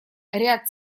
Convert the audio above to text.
ряд